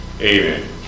Amen